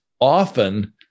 often